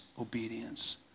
obedience